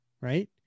Right